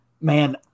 man